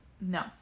no